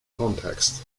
context